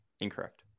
incorrect